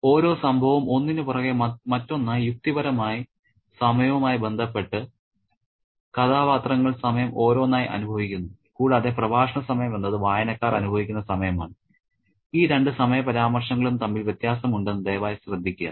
ഓരോ സംഭവവും ഒന്നിനു പുറകെ മറ്റൊന്നായി യുക്തിപരമായി സമയവുമായി ബന്ധപ്പെട്ട് കഥാപാത്രങ്ങൾ സമയം ഓരോന്നായി അനുഭവിക്കുന്നു കൂടാതെ പ്രഭാഷണ സമയം എന്നത് വായനക്കാർ അനുഭവിക്കുന്ന സമയമാണ് ഈ രണ്ട് സമയ പരാമർശങ്ങളും തമ്മിൽ വ്യത്യാസമുണ്ടെന്ന് ദയവായി ശ്രദ്ധിക്കുക